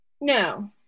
No